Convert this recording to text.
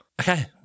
okay